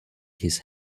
his